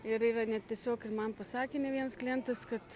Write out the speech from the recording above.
ir yra net tiesiog ir man pasakę ne vienas klientas kad